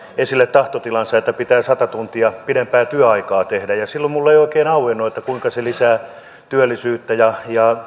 esille tahtotilansa että pitää sata tuntia pidempää työaikaa tehdä ja silloin minulle ei oikein auennut kuinka se lisää työllisyyttä ja